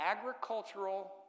agricultural